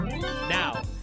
Now